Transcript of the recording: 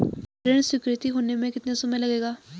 ऋण स्वीकृति होने में कितना समय लगेगा?